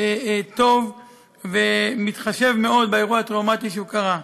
טוב ומתחשב מאוד באירוע הטראומתי שקרה.